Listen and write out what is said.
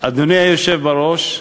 אדוני היושב-ראש,